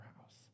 house